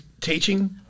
teaching